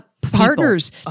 partners